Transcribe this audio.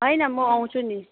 होइन म आउँछु नि